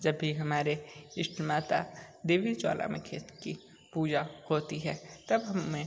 जब भी हमारे इष्ट माता देवी ज्वाला में खेत की पूजा होती है तब हमें